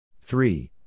Three